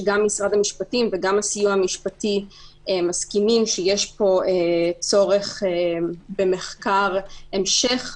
שגם משרד המשפטים וגם הסיוע המשפטי מסכימים שיש פה צורך במחקר המשך,